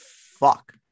fuck